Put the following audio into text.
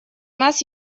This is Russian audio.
нас